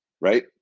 Right